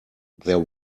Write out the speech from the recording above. there